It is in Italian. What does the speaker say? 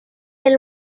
nel